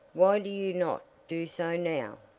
why do you not do so now?